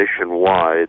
nationwide